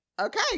Okay